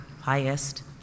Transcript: highest